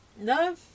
no